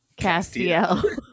Castiel